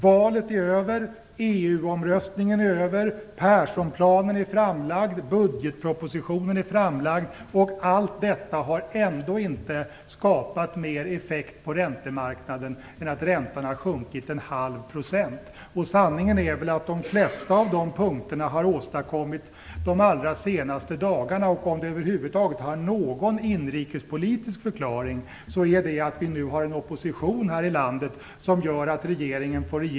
Valet är över, EU omröstningen är över, Perssonplanen är framlagd, budgetpropositionen är framlagd, och allt detta har ändå inte skapat mer effekt på räntemarknaden än att räntan har sjunkit 1⁄2 %. Sanningen är att de flesta av de punkterna har åstadkommits de allra senaste dagarna.